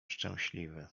szczęśliwy